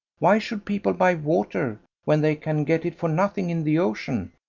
why should people buy water when they can get it for nothing in the ocean?